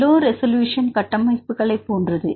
low resolution கட்டமைப்புகளைப் போன்றது